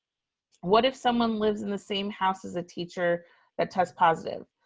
what if someone lives in the same house as a teacher that tests positive?